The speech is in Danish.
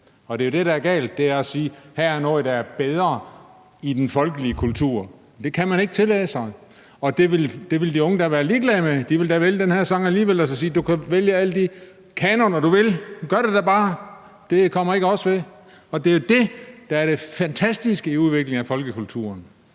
Og det er jo det, der er galt, når man siger, at der her er noget, der er bedre i den folkelige kultur. Det kan man ikke tillade sig. Og det vil de unge da være ligeglade med. De vil da vælge den her sang alligevel og sige: Du kan vælge alle de kanoner, du vil; gør da bare det, det kommer ikke os ved. Det er jo det, der er det fantastiske ved udviklingen af folkekulturen.